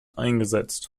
eingesetzt